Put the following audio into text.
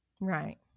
Right